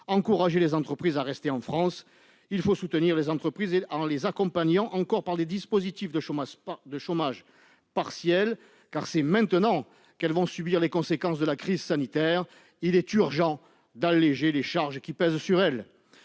encourager les entreprises à rester en France. Il faut soutenir les entreprises en continuant de les accompagner par des dispositifs de chômage partiel, car c'est maintenant qu'elles vont subir les conséquences de la crise sanitaire. Il est enfin urgent d'alléger les charges qui pèsent sur elles.